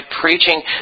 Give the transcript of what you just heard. preaching